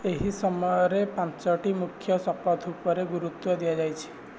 ଏହି ସମୟରେ ପାଞ୍ଚୋଟି ମୁଖ୍ୟ ଶପଥ ଉପରେ ଗୁରୁତ୍ୱ ଦିଆଯାଇଛି